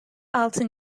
altı